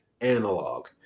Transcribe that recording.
analog